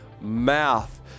mouth